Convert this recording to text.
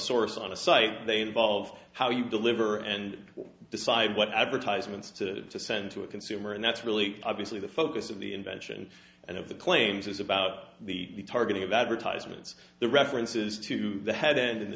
source on a site they involve how you deliver and decide what advertisements to send to a consumer and that's really obviously the focus of the invention and of the claims about the targeting of advertisements the references to the head and